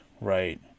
right